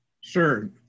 Sure